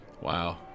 wow